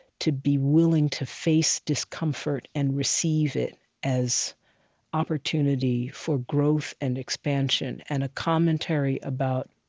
to be willing to face discomfort and receive it as opportunity for growth and expansion and a commentary about